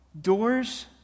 Doors